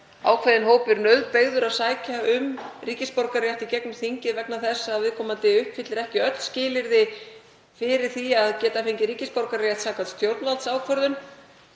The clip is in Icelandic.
ákveðinn hópur nauðbeygður að sækja um ríkisborgararétt í gegnum þingið vegna þess að viðkomandi uppfyllir ekki öll skilyrði fyrir því að geta fengið ríkisborgararétt samkvæmt stjórnvaldsákvörðun.